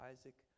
Isaac